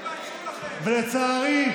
ולצערי,